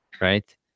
right